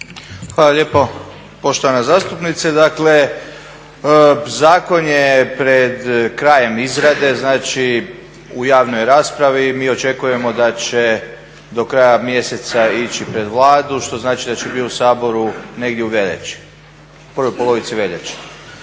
Hvala lijepo poštovana zastupnice. Dakle zakon je pred krajem izrade, znači u javnoj raspravi i mi očekujemo da će do kraja mjeseca ići pred Vladu što znači da će biti u Saboru negdje u veljači, prvoj polovici veljače.